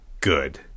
good